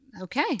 Okay